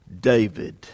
David